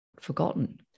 forgotten